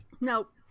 Nope